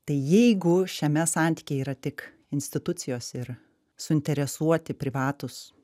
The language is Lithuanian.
tai jeigu šiame santykyje yra tik institucijos ir suinteresuoti privatūs